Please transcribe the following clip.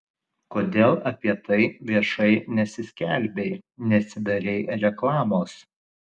kodėl apie tai viešai nesiskelbei nesidarei reklamos